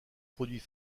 produits